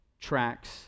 tracks